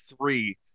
three